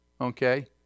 Okay